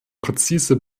präzise